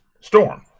Storm